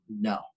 No